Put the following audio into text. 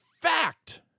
fact